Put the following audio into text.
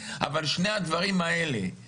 גם